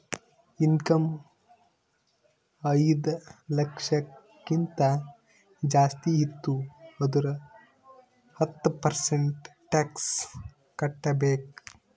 income ಐಯ್ದ ಲಕ್ಷಕ್ಕಿಂತ ಜಾಸ್ತಿ ಇತ್ತು ಅಂದುರ್ ಹತ್ತ ಪರ್ಸೆಂಟ್ ಟ್ಯಾಕ್ಸ್ ಕಟ್ಟಬೇಕ್